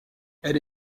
elle